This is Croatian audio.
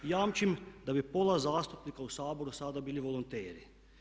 Jamčim da bi pola zastupnika u Saboru sada bili volonteri.